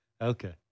Okay